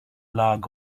log